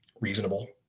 reasonable